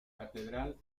catedral